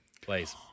Please